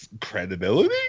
credibility